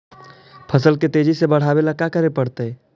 फसल के तेजी से बढ़ावेला का करे पड़तई?